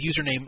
username